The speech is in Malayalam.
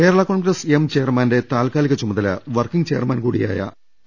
കേരളാ കോൺഗ്രസ് എം ചെയർമാന്റെ താൽക്കാലിക ചുമതല വർക്കിങ്ങ് ചെയർമാൻ കൂടിയായ പി